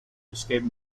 escape